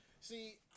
See